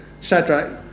Shadrach